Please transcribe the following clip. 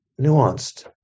nuanced